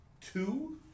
Two